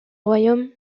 royaume